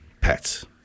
pets